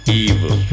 evil